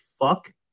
fuck